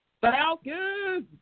Falcons